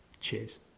Cheers